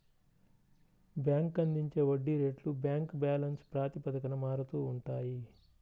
bank అందించే వడ్డీ రేట్లు బ్యాంక్ బ్యాలెన్స్ ప్రాతిపదికన మారుతూ ఉంటాయి